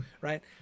right